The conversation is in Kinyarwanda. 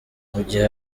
gihe